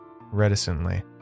Reticently